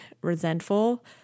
resentful